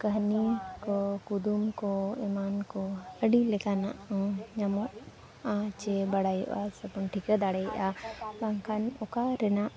ᱠᱟᱹᱦᱱᱤ ᱠᱚ ᱠᱩᱫᱩᱢ ᱠᱚ ᱮᱢᱟᱱ ᱠᱚ ᱟᱹᱰᱤ ᱞᱮᱠᱟᱱᱟᱜ ᱦᱚᱸ ᱧᱟᱢᱚᱜᱼᱟ ᱪᱮ ᱵᱟᱲᱟᱭᱚᱜᱼᱟ ᱥᱮᱵᱚᱱ ᱴᱷᱤᱠᱟᱹ ᱫᱟᱲᱮᱭᱟᱜᱼᱟ ᱚᱱᱝᱠᱟᱱ ᱚᱠᱟ ᱨᱮᱱᱟᱜ